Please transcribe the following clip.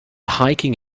hiking